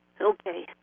Okay